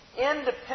independent